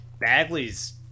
Bagley's